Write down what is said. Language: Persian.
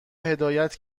هدایت